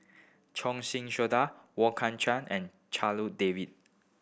Choon Singh Wong Kan Cheong and David